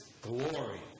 glory